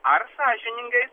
ar sąžiningai